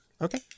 Okay